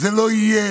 זה לא יהיה.